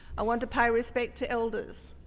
i want to pay respect to elders,